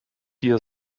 hier